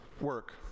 work